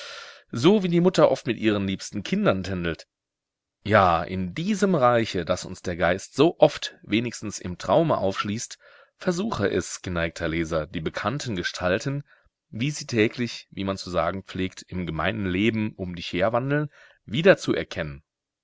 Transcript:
so wie die mutter oft mit ihren liebsten kindern tändelt ja in diesem reiche das uns der geist so oft wenigstens im traume aufschließt versuche es geneigter leser die bekannten gestalten wie sie täglich wie man zu sagen pflegt im gemeinen leben um dich herwandeln wiederzuerkennen